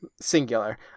singular